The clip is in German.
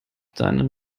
deinen